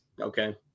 Okay